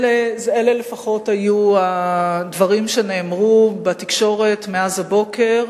אלה לפחות היו הדברים שנאמרו בתקשורת מאז הבוקר,